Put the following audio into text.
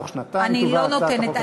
בתוך שנתיים תובא הצעת החוק הממשלתית?